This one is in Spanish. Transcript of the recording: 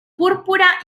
púrpura